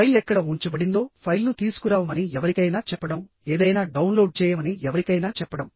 file ఎక్కడ ఉంచబడిందో ఫైల్ను తీసుకురావమని ఎవరికైనా చెప్పడం ఏదైనా డౌన్లోడ్ చేయమని ఎవరికైనా చెప్పడం